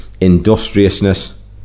industriousness